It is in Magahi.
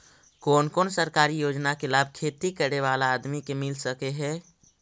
कोन कोन सरकारी योजना के लाभ खेती करे बाला आदमी के मिल सके हे?